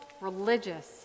religious